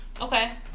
okay